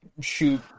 shoot